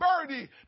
birdie